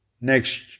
next